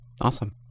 Awesome